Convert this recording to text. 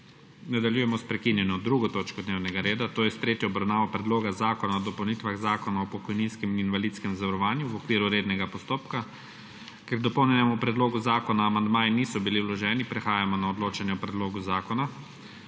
**Nadaljujemo s****prekinjeno 2. točko dnevnega reda, to je s tretjo obravnavo Predloga zakona o dopolnitvah Zakona o pokojninskem in invalidskem zavarovanju****v okviru rednega postopka.** Ker k dopolnjenemu predlogu zakona amandmaji niso bili vloženi, prehajamo na odločanje o predlogu zakona.